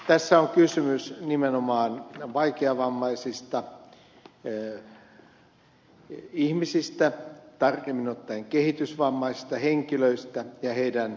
tässä on kysymys nimenomaan vaikeavammaisista ihmisistä tarkemmin ottaen kehitysvammaisista henkilöistä ja heidän asumisolosuhteistaan